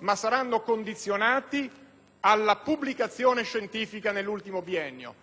ma saranno condizionati alla pubblicazione scientifica nell'ultimo biennio.